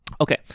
Okay